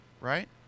right